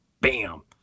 bam